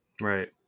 Right